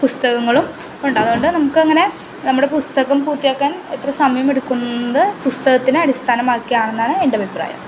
പുസ്തകങ്ങളും ഉണ്ടാകും അതുകൊണ്ട് നമുക്കങ്ങനെ നമ്മുടെ പുസ്തകം പൂർത്തിയാക്കാൻ എത്ര സമയം എടുക്കുമെന്നത് പുസ്തകത്തിനടിസ്ഥാനമാക്കിയാണെന്നാണ് എൻ്റഭിപ്രായം